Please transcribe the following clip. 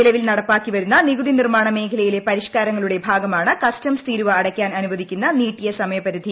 നിലവിൽ നടപ്പാക്കി വരുന്ന നികുതി നിർമ്മാണ മേഖലയിലെ പരിഷ്ക്കാരങ്ങളുടെ ഭാഗമാണ് കസ്റ്റംസ് തീരുവ അടക്കാൻ അനുവദിക്കുന്ന നീട്ടിയ സമയ പരിധി